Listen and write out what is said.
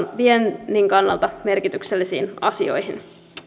viennin kannalta merkityksellisiin asioihin